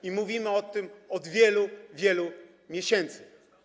I mówimy o tym od wielu, wielu miesięcy.